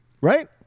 Right